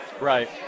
Right